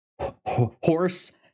horse